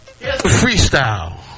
Freestyle